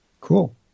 Cool